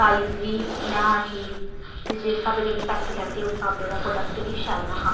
size बी निहा ठीक जिस स्हाबै दे उ'नें पैसे लैते उस स्हाबै दे ओह् प्रोडक्ट बी शैल निहा